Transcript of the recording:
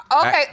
Okay